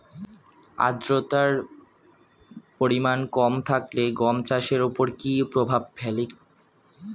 আদ্রতার পরিমাণ কম থাকলে গম চাষের ওপর কী প্রভাব ফেলে?